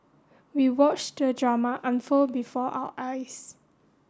we watched the drama unfold before our eyes